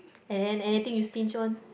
and then anything you stinge on